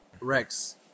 Rex